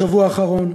בשבוע האחרון,